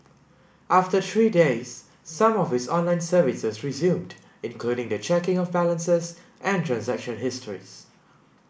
after three days some of its online services resumed including the checking of balances and transaction histories